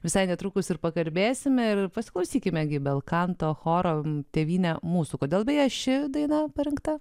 visai netrukus ir pakalbėsime ir pasiklausykime gi belkanto choro tėvyne mūsų kodėl beje ši daina parinkta